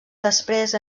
després